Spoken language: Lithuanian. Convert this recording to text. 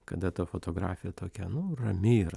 kada ta fotografija tokia nu rami yra